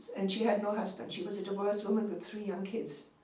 and she had no husband. she was a divorced woman with three young kids.